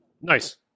Nice